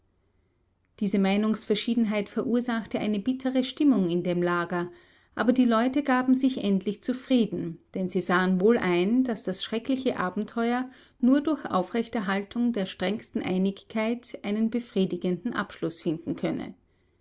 diese meinungsverschiedenheit verursachte eine bittere stimmung in dem lager aber die leute gaben sich endlich zufrieden denn sie sahen wohl ein daß das schreckliche abenteuer nur durch aufrechterhaltung der strengsten einigkeit einen befriedigenden abschluß finden könne